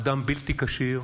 אדם בלתי כשיר.